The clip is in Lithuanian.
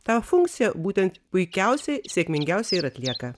tą funkciją būtent puikiausiai sėkmingiausiai ir atlieka